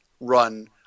run